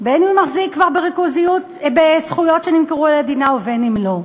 בין אם הוא מחזיק כבר בזכויות שנמכרו על-ידי המדינה ובין אם לא.